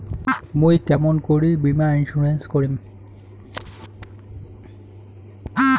মুই কেমন করি বীমা ইন্সুরেন্স করিম?